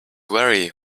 very